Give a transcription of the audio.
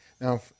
Now